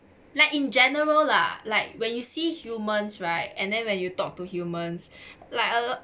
like in general lah like when you see humans right and then when you talk to humans like uh